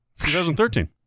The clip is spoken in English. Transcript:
2013